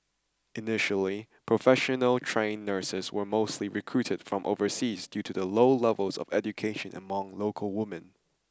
initially professional trained nurses were mostly recruited from overseas due to the low levels of education among local women